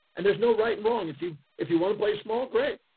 and there's no right and wrong if you, if you want to play small. great.